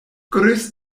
grüß